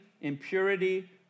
impurity